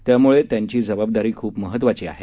त्यामुळे त्यांची जबाबदारी खूप महत्वाची आहे